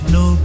no